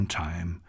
time